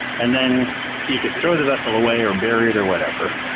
and then you could throw the vessel away, or bury it, or whatever,